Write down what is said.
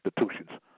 institutions